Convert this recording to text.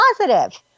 positive